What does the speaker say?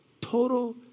Total